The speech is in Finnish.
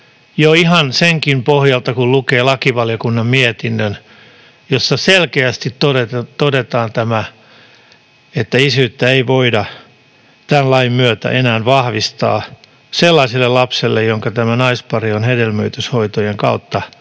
jo ihan senkin pohjalta, kun lukee lakivaliokunnan mietinnön, jossa selkeästi todetaan, että isyyttä ei voida tämän lain myötä enää vahvistaa sellaiselle lapselle, jonka tämä naispari on hedelmöityshoitojen kautta saanut